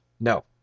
No